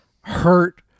hurt